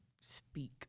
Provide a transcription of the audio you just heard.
speak